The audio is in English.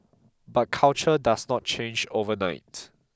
but culture does not change overnight